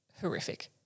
horrific